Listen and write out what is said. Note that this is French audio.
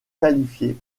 qualifiées